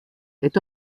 est